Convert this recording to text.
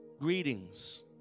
Greetings